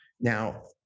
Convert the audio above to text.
Now